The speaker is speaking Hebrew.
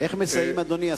אדוני,